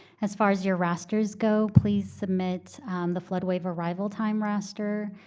as far as your rasters go, please submit the flood wave arrival time raster,